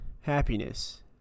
happiness